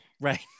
right